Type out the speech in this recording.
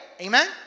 amen